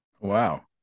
wow